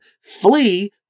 Flee